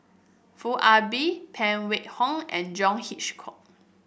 Foo Ah Bee Phan Wait Hong and John Hitchcock